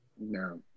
No